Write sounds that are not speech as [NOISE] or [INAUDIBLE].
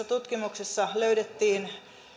[UNINTELLIGIBLE] tutkimuksessa löydettiin